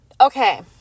okay